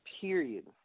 period